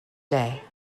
day